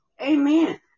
Amen